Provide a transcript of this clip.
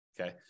Okay